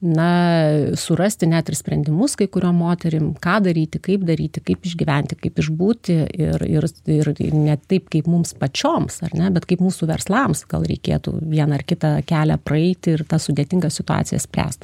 na surasti net ir sprendimus kai kuriom moterim ką daryti kaip daryti kaip išgyventi kaip išbūti ir ir ir ne taip kaip mums pačioms ar ne bet kaip mūsų verslams gal reikėtų vieną ar kitą kelią praeiti ir tas sudėtingas situacijas spręst